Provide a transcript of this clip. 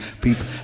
people